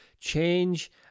change